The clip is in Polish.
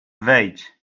wejdź